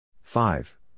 Five